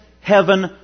heaven